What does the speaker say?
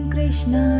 Krishna